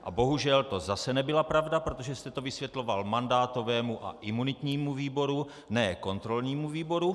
A bohužel to zase nebyla pravda, protože jste to vysvětloval mandátovému a imunitnímu výboru, ne kontrolnímu výboru.